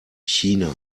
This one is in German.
china